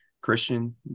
christian